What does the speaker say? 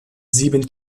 sieben